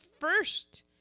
first